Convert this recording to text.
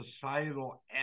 societal